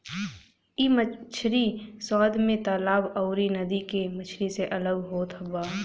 इ मछरी स्वाद में तालाब अउरी नदी के मछरी से अलग होत बा